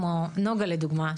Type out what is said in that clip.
כמו נגה לדוגמא,